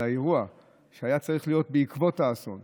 על האירוע שהיה צריך להיות בעקבות האסון.